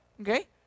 Okay